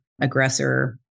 aggressor